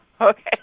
okay